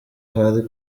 ahari